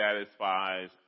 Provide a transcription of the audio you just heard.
satisfies